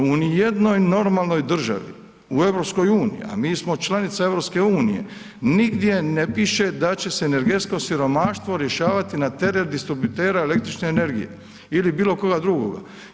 U ni jednoj normalnoj državi u EU, a mi smo članica EU, nigdje ne piše da će se energetsko siromaštvo rješavati na teret distributera električne energije ili bilo koga drugoga.